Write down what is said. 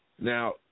now